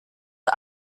are